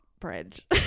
fridge